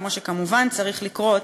כמו שכמובן צריך לקרות,